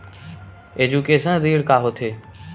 Education ऋण का होथे?